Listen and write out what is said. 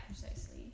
precisely